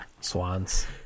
swans